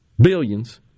billions